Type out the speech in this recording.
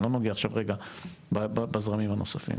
אני לא נוגע עכשיו רגע בזרמים הנוספים.